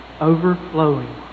overflowing